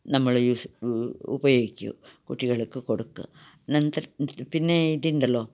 നമ്മള് യൂസ് ഉപയോഗിക്കും കുട്ടികൾക്ക് കൊടുക്കും പിന്നെ ഇതുണ്ടല്ലൊ